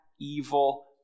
evil